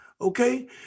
Okay